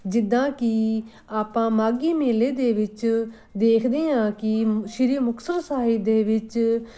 ਜਿੱਦਾਂ ਕਿ ਆਪਾਂ ਮਾਘੀ ਮੇਲੇ ਦੇ ਵਿੱਚ ਦੇਖਦੇ ਹਾਂ ਕਿ ਸ੍ਰੀ ਮੁਕਤਸਰ ਸਾਹਿਬ ਦੇ ਵਿੱਚ